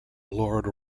lord